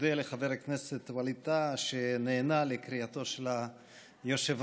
מודה לחבר הכנסת ווליד טאהא על שנענה לקריאתו של היושב-ראש,